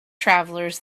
travelers